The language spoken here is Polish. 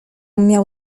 miał